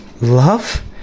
Love